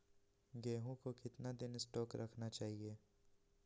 गेंहू को कितना दिन स्टोक रखना चाइए?